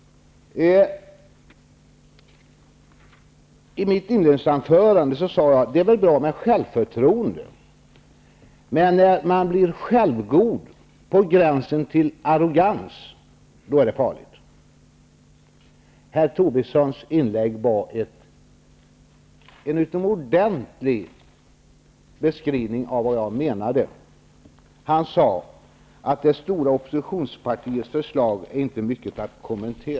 I mitt inledningsanförande sade jag att det väl är bra med självförtroende. Men när man blir självgod, på gränsen till arrogant, då är det farligt. Herr Tobissons inlägg var en utomordentlig beskrivning av vad jag menade. Han sade att det stora oppositionspartiets förslag inte är mycket att kommentera.